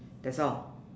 that's all